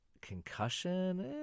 Concussion